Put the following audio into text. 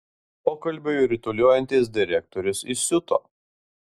pokalbiui rutuliojantis direktorius įsiuto